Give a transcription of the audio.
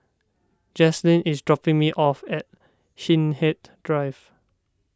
Jaslyn is dropping me off at Hindhede Drive